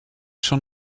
schon